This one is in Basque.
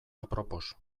apropos